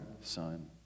Son